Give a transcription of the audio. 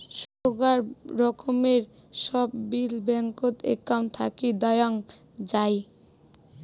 সোগায় রকমের সব বিল ব্যাঙ্কত একউন্ট থাকি দেওয়াং যাই